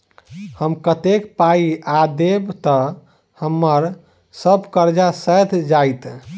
हम कतेक पाई आ दऽ देब तऽ हम्मर सब कर्जा सैध जाइत?